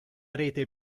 rete